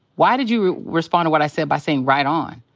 why did you respond to what i said by saying, right on?